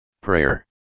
Prayer